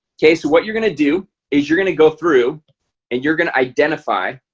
okay so what you're gonna do is you're gonna go through and you're gonna identify